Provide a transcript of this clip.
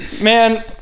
Man